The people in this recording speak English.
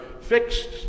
fixed